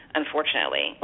unfortunately